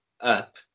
up